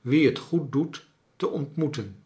wien het goed doet te ontmoeten